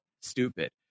stupid